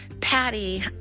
Patty